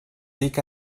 sick